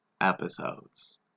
episodes